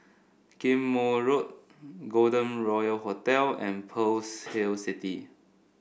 Ghim Moh Road Golden Royal Hotel and Pearl's Hill City